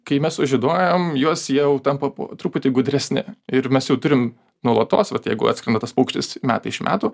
kai mes sužieduojam juos jie jau tampa po truputį gudresni ir mes jau turim nuolatos vat jeigu atskrenda tas paukštis metai iš metų